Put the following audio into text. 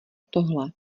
tohle